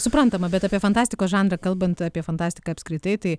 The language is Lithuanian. suprantama bet apie fantastikos žanrą kalbant apie fantastiką apskritai tai